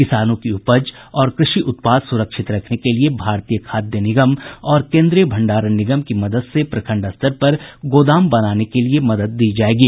किसानों की उपज और कृषि उत्पाद सुरक्षित रखने के लिए भारतीय खाद्य निगम और केन्द्रीय भंडारण निगम की मदद से प्रखंड स्तर पर गोदाम बनाने के लिए मदद दी जायेगी